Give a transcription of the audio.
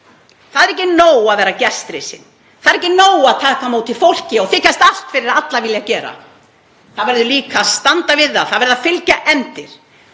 Það er ekki nóg að vera gestrisin. Það er ekki nóg að taka á móti fólki og þykjast allt fyrir alla vilja gera. Það verður líka að standa við það, það verða að fylgja efndir